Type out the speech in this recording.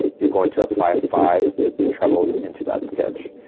you're going to apply five trebles into that stitch.